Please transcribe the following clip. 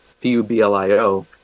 P-U-B-L-I-O